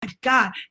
God